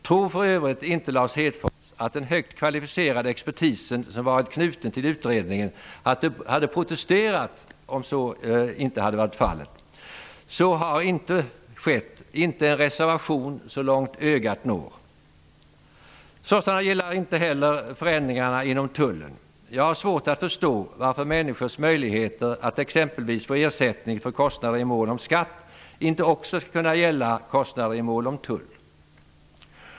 Tror för övrigt inte Lars Hedfors att den högt kvalificerade expertis som har varit knuten till utredningen hade protesterat om så inte hade varit fallet? Så har inte skett -- inte en reservation så långt ögat når! Socialdemokraterna gillar inte heller förändringarna inom tullen. Jag har svårt att förstå varför människors möjligheter att exempelvis få ersättning för kostnader i mål om skatt inte också skall kunna gälla kostnader i mål om tull.